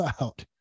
out